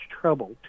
trouble